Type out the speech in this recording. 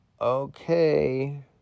okay